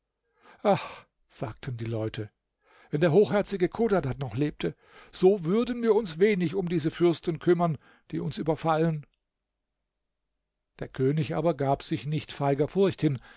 sagten die leute wenn der hochherzige chodadad noch lebte so würden wir uns wenig um diese fürsten bekümmern die uns überfallen der könig aber gab sich nicht feiger furcht hin